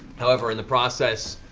however, in the process,